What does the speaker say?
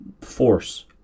force